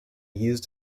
used